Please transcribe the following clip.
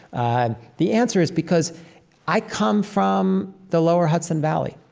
ah the answer is because i come from the lower hudson valley,